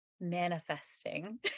Manifesting